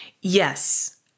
Yes